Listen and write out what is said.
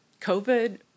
COVID